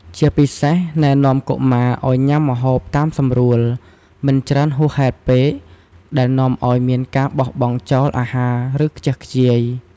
ជាពិសេស ណែនាំកុមារឲ្យញ៉ាំម្ហូបតាមសម្រួល មិនច្រើនហួសហេតុពេក ដែលនាំឲ្យមានការបោះបង់ចោលអាហារ ឬខ្ជះខ្ជាយ។